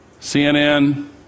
CNN